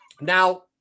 Now